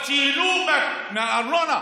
אבל שייהנו מהארנונה,